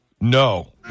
No